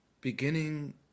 beginning